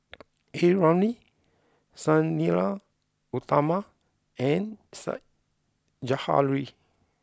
A Ramli Sang Nila Utama and Said Zahari